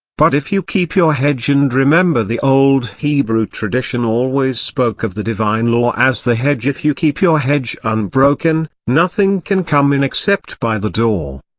but if you keep your hedge and remember the old hebrew tradition always spoke of the divine law as the hedge if you keep your hedge unbroken, nothing can come in except by the door.